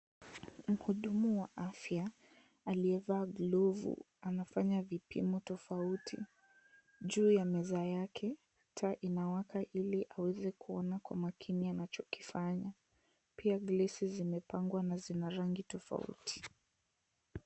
Muhudumu wa afya aliyevaa glovu anafanya vipimo tofauti. Juu ya meza yake taa inawaka ili aweze kuona kwa makini anachokifanya pia glesi zimepangwa na zina rangi tofauti